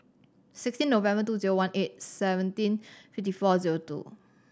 sixteen November two zero one eight seventeen fifty four zero two